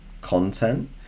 content